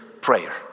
prayer